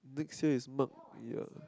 next year is year